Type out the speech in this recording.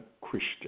Christian